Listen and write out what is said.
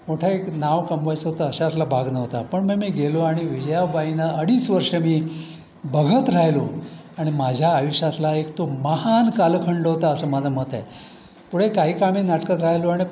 मोठा एक नाव कमवायचं होतं अशातला भाग नव्हता पण मे मी गेलो आणि विजयाबाईंना अडीच वर्ष मी बघत राहिलो आणि माझ्या आयुष्यातला एक तो महान कालखंड होता असं माझं मत आहे पुढे काही काळ मी नाटकात राहिलो आणि